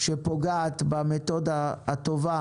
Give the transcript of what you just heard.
שפוגעת במתודה הטובה,